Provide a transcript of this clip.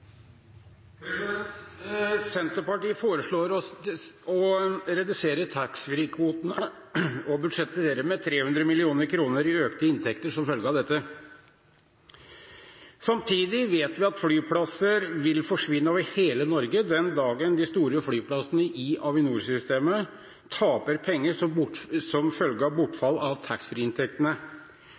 Senterpartiet foreslår å redusere taxfree-kvoten og budsjetterer med 300 mill. kr i økte inntekter som følge av dette. Samtidig vet vi at flyplasser vil forsvinne over hele Norge den dagen de store flyplassene i Avinor-systemet taper penger som følge av bortfall av